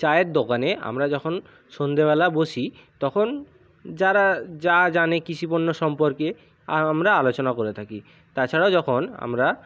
চায়ের দোকানে আমরা যখন সন্ধেবেলা বসি তখন যারা যা জানে কৃষিপণ্য সম্পর্কে আর আমরা আলোচনা করে থাকি তাছাড়াও যখন আমরা